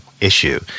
issue